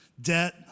debt